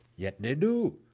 yet they do,